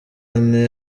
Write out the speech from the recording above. ane